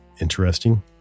interesting